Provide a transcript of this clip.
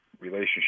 relationship